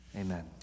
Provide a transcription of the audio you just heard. amen